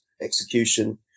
execution